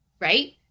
right